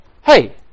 hey